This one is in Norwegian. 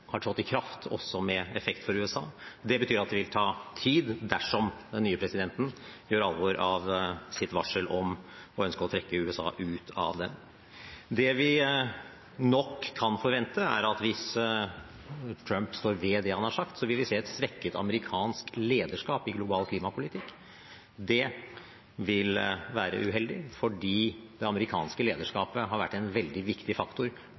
har trådt i kraft også med effekt for USA. Det betyr at det vil ta tid dersom den nye presidenten gjør alvor av sitt varsel om å ønske å trekke USA ut av den. Det vi nok kan forvente, er at hvis Trump står ved det han har sagt, vil vi se et svekket amerikansk lederskap i global klimapolitikk. Det vil være uheldig fordi det amerikanske lederskapet har vært en veldig viktig faktor